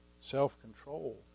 self-control